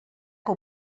que